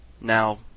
Now